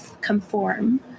conform